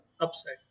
upside